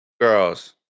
girls